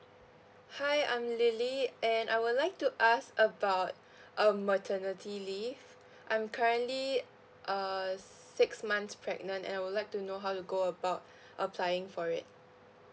hi I'm lily and I would like to ask about uh maternity leave I'm currently uh six months pregnant and I would like to know how to go about applying for it